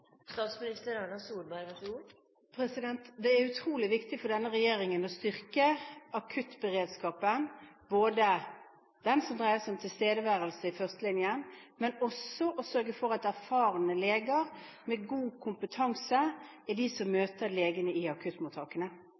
Det er utrolig viktig for denne regjeringen å styrke akuttberedskapen, den som dreier seg om tilstedeværelse i førstelinjen og å sørge for at det er erfarne leger med god kompetanse som møter pasientene i akuttmottakene.